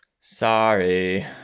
Sorry